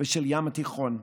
ושל הים התיכון.